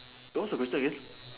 no what's your question again